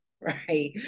right